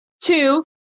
Two